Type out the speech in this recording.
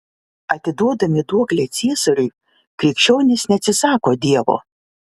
atiduodami duoklę ciesoriui krikščionys neatsisako dievo